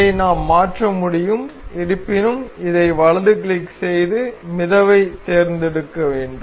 இதை நாம் மாற்ற முடியும் இருப்பினும் இதை வலது கிளிக் செய்து மிதவைத் தேர்ந்தெடுக்க வேண்டும்